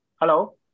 Hello